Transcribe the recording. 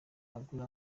agura